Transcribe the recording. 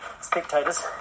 spectators